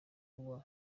kuba